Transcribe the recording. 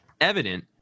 evident